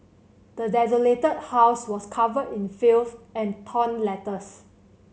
the desolated house was covered in filth and torn letters